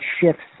shifts